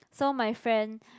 so my friend